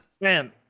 Man